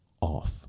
off